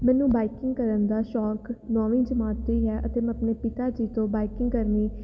ਮੈਨੂੰ ਬਾਈਕਿੰਗ ਕਰਨ ਦਾ ਸ਼ੌਕ ਨੌਵੀਂ ਜਮਾਤ ਤੋਂ ਹੀ ਹੈ ਅਤੇ ਮੈਂ ਆਪਣੇ ਪਿਤਾ ਜੀ ਤੋਂ ਬਾਈਕਿੰਗ ਕਰਨੀ